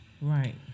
Right